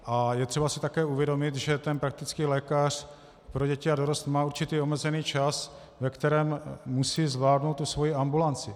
A je třeba si také uvědomit, že ten praktický lékař pro děti a dorost má určitý omezený čas, ve kterém musí zvládnout svoji ambulanci.